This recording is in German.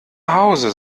hause